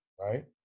right